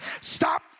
Stop